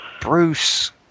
Bruce